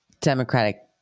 Democratic